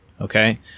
Okay